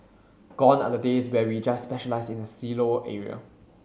gone are the days where we just specialise in the silo area